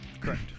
Correct